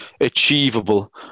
achievable